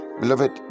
Beloved